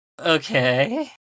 Okay